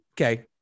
Okay